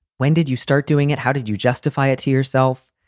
when did you start doing it? how did you justify it to yourself?